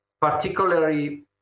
particularly